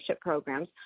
programs